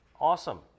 Awesome